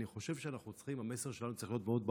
אני חושב שהמסר שלנו צריך להיות ברור,